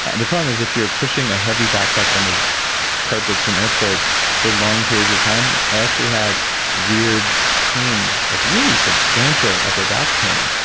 the problem is, if you're pushing a heavy backpack on those carpets and airports for long periods of time, i actually had weird pain like really substantial upper back pain,